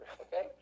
Okay